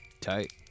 Tight